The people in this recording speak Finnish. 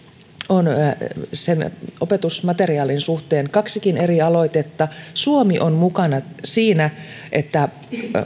on sen opetusmateriaalin suhteen kaksikin eri aloitetta suomi on mukana siinä että